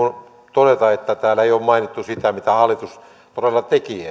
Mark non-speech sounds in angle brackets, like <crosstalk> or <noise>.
todeta että täällä ei ole mainittu sitä mitä hallitus todella teki <unintelligible>